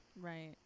Right